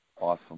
Awesome